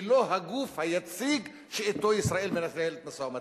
זה לא הגוף היציג שאתו ישראל מנהלת משא-ומתן.